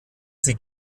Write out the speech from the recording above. sie